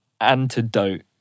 antidote